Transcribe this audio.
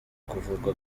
kuvurwa